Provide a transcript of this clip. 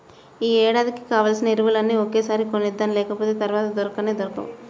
యీ ఏడాదికి కావాల్సిన ఎరువులన్నీ ఒకేసారి కొనేద్దాం, లేకపోతె తర్వాత దొరకనే దొరకవు